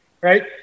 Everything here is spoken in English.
right